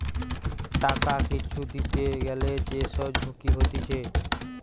টাকা কিছু দিতে গ্যালে যে সব ঝুঁকি হতিছে